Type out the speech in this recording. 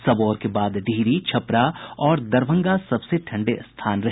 सबौर के बाद डिहरी छपरा और दरभंगा सबसे ठंडे स्थान रहे